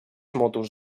motos